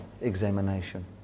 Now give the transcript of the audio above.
examination